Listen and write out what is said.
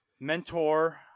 Mentor